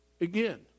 Again